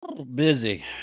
busy